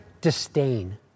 disdain